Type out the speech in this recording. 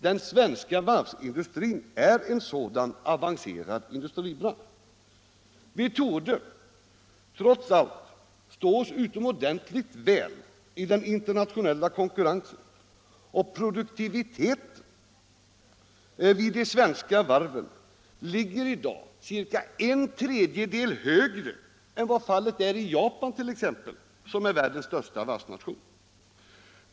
Den svenska varvsindustrin är en sådan avancerad industribransch. Vi torde trots allt stå oss utomordentligt väl i den internationella konkurrensen, och produktiviteten vid de svenska varven ligger i dag ca 1/3 högre än som är fallet i Japan, världens största varvsnation.